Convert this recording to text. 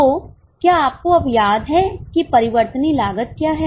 तो क्या आपको अब याद है कि परिवर्तनीय लागत क्या है